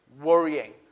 worrying